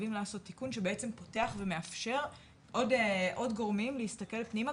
חייבים לעשות בו תיקון שפותח ומאפשר לעוד גורמים להסתכל פנימה,